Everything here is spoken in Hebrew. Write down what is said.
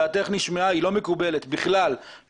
דעתך נשמעה, היא לא מקובלת כלל.